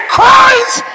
Christ